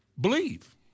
believe